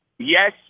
Yes